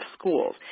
schools